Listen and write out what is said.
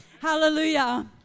Hallelujah